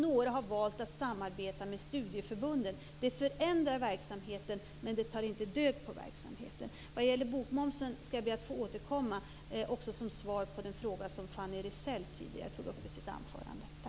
Några har också valt att samarbeta med studieförbunden. Det förändrar verksamheten, men det tar inte död på verksamheten. Vad gäller bokmomsen skall jag be att få återkomma också som svar på den fråga som Fanny Rizell tidigare tog upp i sitt anförande.